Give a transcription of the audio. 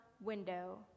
window